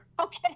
Okay